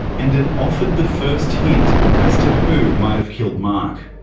and it offered the first hint as to who might have killed mark.